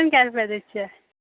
बैंगन केहन बेचैत छियै